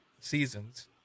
seasons